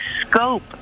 scope